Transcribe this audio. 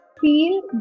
feel